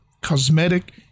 cosmetic